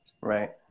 Right